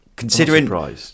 Considering